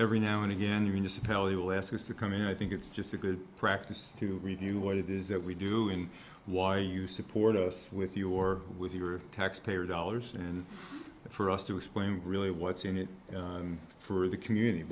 every now and again you can just tell he will ask us to come in i think it's just a good practice to review what it is that we do and why you support us with your with your taxpayer dollars and for us to explain really what's in it for the community